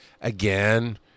Again